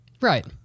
Right